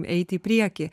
eit į priekį